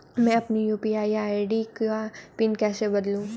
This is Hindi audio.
मैं अपनी यू.पी.आई आई.डी का पिन कैसे बदलूं?